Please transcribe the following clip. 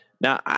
Now